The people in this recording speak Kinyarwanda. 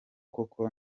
koko